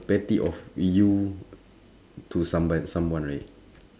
petty of you to someone someone right